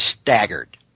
staggered